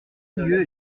lieu